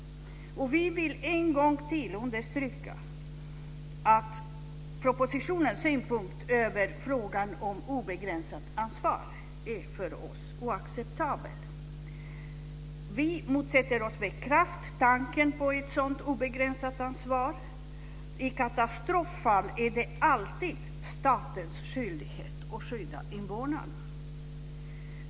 Vi vill än en gång understryka att propositionens synpunkt på frågan om obegränsat ansvar är oacceptabel för oss. Vi motsätter oss med kraft tanken på ett sådant obegränsat ansvar. I katastroffall är det alltid statens skyldighet att skydda invånarna.